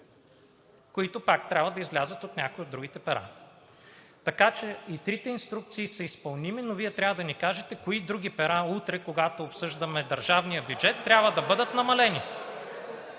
които пак трябва да излязат от някое от другите пера. Така че и трите инструкции са изпълними, но Вие трябва да ни кажете кои други пера, когато утре обсъждаме държавния бюджет, трябва да бъдат намалени.